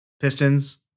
pistons